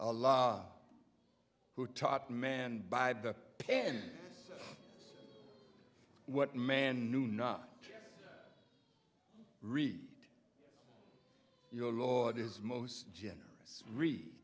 a law who taught man by the pen what man knew not read your lord is most generous read